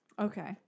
Okay